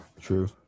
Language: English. true